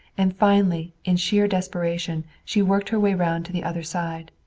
and finally, in sheer desperation, she worked her way round to the other side.